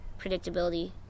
predictability